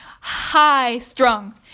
high-strung